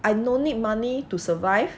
I no need money to survive